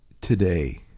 today